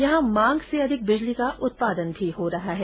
यहां मांग से अधिक बिजली का उत्पादन भी हो रहा है